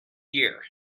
year